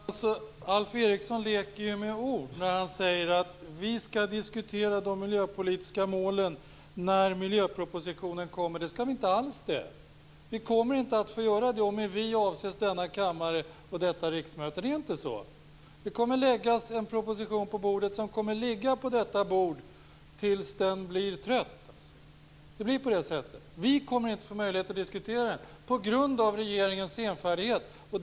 Herr talman! Alf Eriksson leker med ord när han säger att vi skall diskutera de miljöpolitiska målen när miljöpropositionen kommer. Det skall vi inte alls! Vi - med "vi" avses denna kammare, detta riksmöte - kommer inte att få göra det. En proposition kommer att läggas på bordet och den kommer att ligga där tills den blir trött. Det kommer att vara på det sättet. Vi kommer alltså inte att få möjlighet att diskutera propositionen; detta på grund av regeringens senfärdighet.